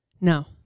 No